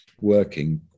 working